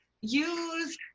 use